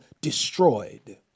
destroyed